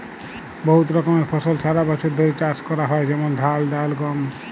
বহুত রকমের ফসল সারা বছর ধ্যরে চাষ ক্যরা হয় যেমল ধাল, ডাল, গম